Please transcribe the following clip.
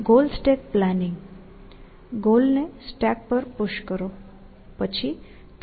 goal stack planning ગોલને stack પર push કરો પછી તમે સ્ટેકને પોપ કરો